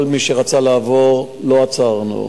כל מי שרצה לעבור, לא עצרנו.